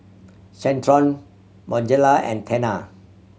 Centrum Bonjela and Tena